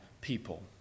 people